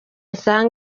nsa